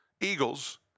Eagles